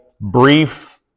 brief